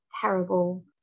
terrible